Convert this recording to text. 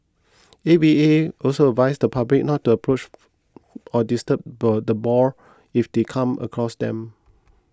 A V A also advised the public not to approach or disturb the boar if they come across them